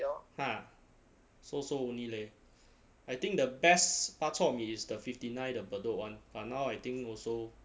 ha so so only leh I think the best bak chor mee is the fifty nine the bedok one but now I think also